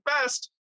best